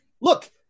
Look